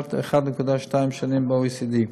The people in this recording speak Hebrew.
לעומת 1.2 שנים ב-OECD.